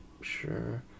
sure